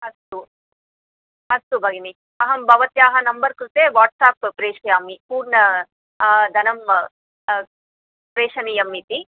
अस्तु अस्तु भगिनि अहं भवत्याः नम्बर् कृते वाट्साप् प्रेषयामि पूर्णं धनं प्रेषणीयम् इति